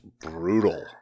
brutal